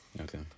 Okay